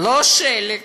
לא שלג,